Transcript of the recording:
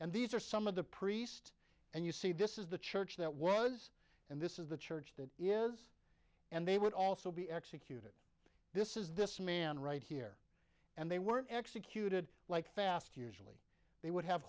and these are some of the priests and you see this is the church that was and this is the church that is and they would also be executed this is this man right here and they were executed like fast usually they would have